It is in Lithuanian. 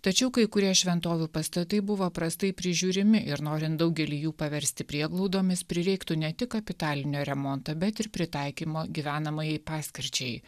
tačiau kai kurie šventovių pastatai buvo prastai prižiūrimi ir norint daugelį jų paversti prieglaudomis prireiktų ne tik kapitalinio remonto bet ir pritaikymo gyvenamajai paskirčiai